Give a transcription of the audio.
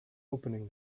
opening